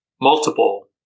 multiple